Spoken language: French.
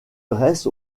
dresse